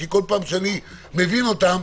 כי כל פעם שאני מבין אותה,